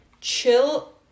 chill